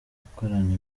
gukorana